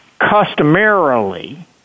Customarily